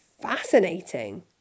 fascinating